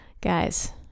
guys